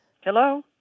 Hello